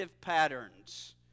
patterns